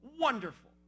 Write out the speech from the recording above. wonderful